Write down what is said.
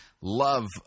love